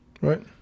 Right